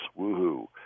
woohoo